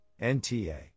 NTA